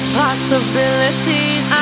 possibilities